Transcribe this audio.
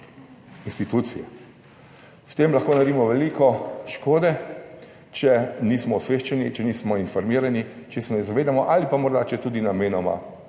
institucije. S tem lahko naredimo veliko škode, če nismo osveščeni, če nismo informirani, če se ne zavedamo ali pa morda če tudi namenoma